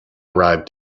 arrived